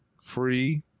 free